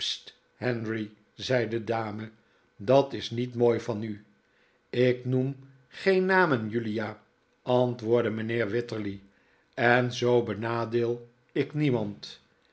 henry zei de dame dat is niet mooi van u ik noem geen namen julia antwoordde mijnheer wititterly en zoo benadeel ik niemand